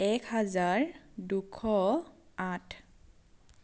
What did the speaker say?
এক হাজাৰ দুশ আঠ